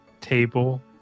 table